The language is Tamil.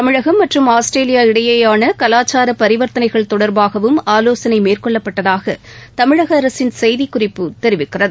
தமிழகம் மற்றும் ஆஸ்திரேலியா இடையேயான கலாச்சார பரிவர்த்தனைகள் தொடர்பாகவும் ஆலோசனை மேற்கொள்ளப்பட்டதாக தமிழக அரசின் செய்திக்குறிப்பு தெரிவிக்கிறது